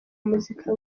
muzika